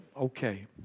okay